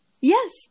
yes